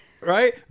Right